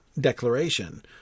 declaration